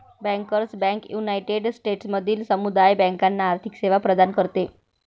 bankers bank United स्टेट्समधील समुदाय बँकांना आर्थिक सेवा प्रदान करते